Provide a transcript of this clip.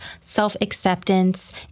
self-acceptance